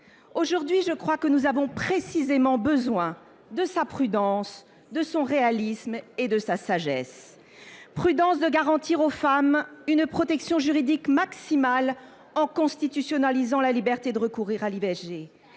Aujourd’hui, je crois que nous avons précisément besoin de sa prudence, de son réalisme et de sa sagesse. Prudence de garantir aux femmes une protection juridique maximale, en constitutionnalisant la liberté de recourir à l’IVG.